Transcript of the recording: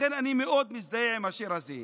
לכן אני מאוד מזדהה עם השיר הזה.